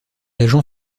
agent